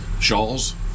Shawls